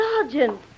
Sergeant